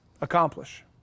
accomplish